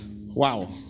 Wow